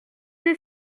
des